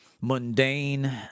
mundane